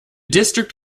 district